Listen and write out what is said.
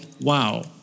WoW